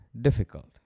difficult